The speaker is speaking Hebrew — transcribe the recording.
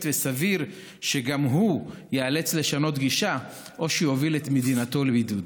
וסביר שגם הוא ייאלץ לשנות גישה או שיוביל את מדינתו לבידוד.